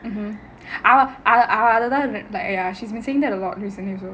அவ அவ அத தான்:ava ava adha thaan she's been seeing that a lot recently also